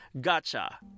gotcha